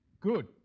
good